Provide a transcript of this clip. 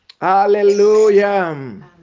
hallelujah